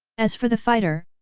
as for the fighter,